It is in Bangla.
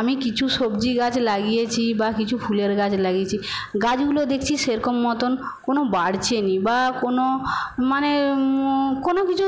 আমি কিছু সবজি গাছ লাগিয়েছি বা কিছু ফুলের গাছ লাগিয়েছি গাছগুলো দেখছি সেরকম মতো কোনও বাড়ছে না বা কোনও মানে কোনও কিছু